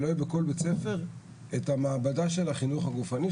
שלא יהיה בכל בית ספר את המעבדה של החינוך הגופני,